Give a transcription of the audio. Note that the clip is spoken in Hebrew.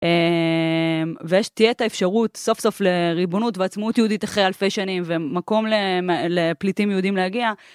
ותהיה את האפשרות סוף סוף לריבונות ועצמאות יהודית אחרי אלפי שנים ומקום לפליטים יהודים להגיע.